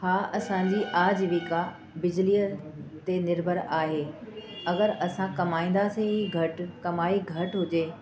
हा असांजी आजीविका बिजलीअ ते निर्भर आहे अगरि असां कमाईंदासी ई घटि कमाई घटि हुजे